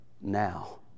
now